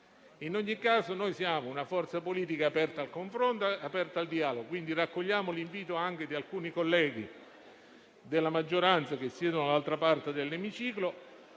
In ogni caso, noi siamo una forza politica aperta al confronto e al dialogo. Quindi, raccogliamo l'invito di alcuni colleghi della maggioranza che siedono dall'altra parte dell'Emiciclo